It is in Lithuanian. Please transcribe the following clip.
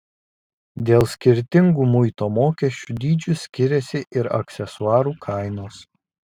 dėl skirtingų muito mokesčių dydžių skiriasi ir aksesuarų kainos